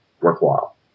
worthwhile